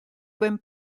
ben